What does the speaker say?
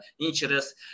interest